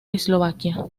eslovaquia